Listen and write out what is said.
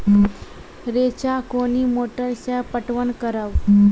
रेचा कोनी मोटर सऽ पटवन करव?